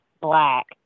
black